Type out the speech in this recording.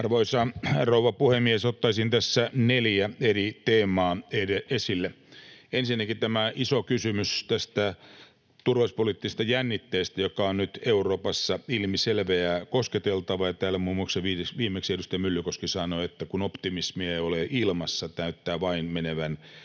Arvoisa rouva puhemies! Ottaisin tässä neljä eri teemaa esille. Ensinnäkin tämä iso kysymys turvallisuuspoliittisesta jännitteestä, joka on nyt Euroopassa ilmiselvä ja kosketeltava. Täällä viimeksi muun muassa edustaja Myllykoski sanoi, että optimismia ei ole ilmassa, näyttää vain menevän pahempaan